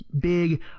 big